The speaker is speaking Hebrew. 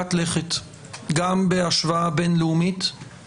מרחיקת לכת בהשוואה למדינות רבות בעולם